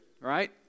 Right